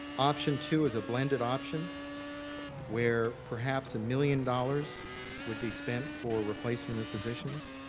option two is a blended option where perhaps a million dollars would be spent for a replacement of positions.